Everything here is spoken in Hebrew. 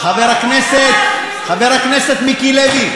חבר הכנסת מיקי לוי,